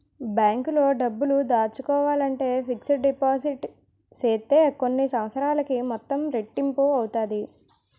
బ్యాంకులో డబ్బులు దాసుకోవాలంటే ఫిక్స్డ్ డిపాజిట్ సేత్తే కొన్ని సంవత్సరాలకి మొత్తం రెట్టింపు అవుతాది